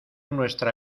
nuestra